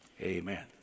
Amen